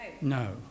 No